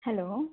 hello